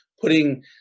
putting